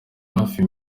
hafi